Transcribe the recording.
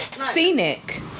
scenic